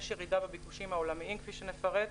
יש ירידה בביקושים העולמיים כפי שנפרט,